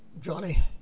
Johnny